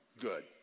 good